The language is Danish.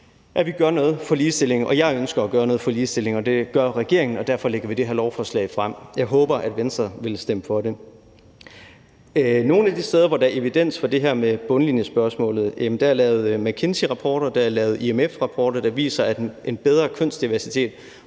vi gør noget for ligestillingen. Og jeg ønsker at gøre noget for ligestillingen, og det gør regeringen, og derfor lægger vi det her lovforslag frem. Jeg håber, at Venstre vil stemme for det. Med hensyn til nogle af de steder, hvor der er evidens for det her med bundlinjespørgsmålet, kan jeg sige, at der er lavet McKinsey-rapporter, og at der er lavet IMF-rapporter, der viser, at en bedre kønsdiversitet